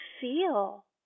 feel